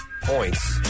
points